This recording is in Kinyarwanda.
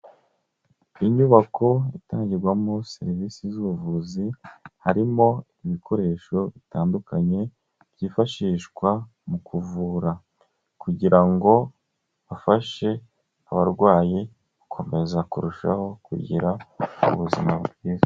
Inyubako itangirwamo serivisi z'ubuvuzi, harimo ibikoresho bitandukanye byifashishwa mu kuvura, kugira ngo bafashe abarwayi gukomeza kurushaho kugira ubuzima bwiza.